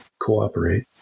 cooperate